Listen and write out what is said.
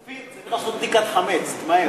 אופיר, צריך לעשות בדיקת חמץ, תמהר.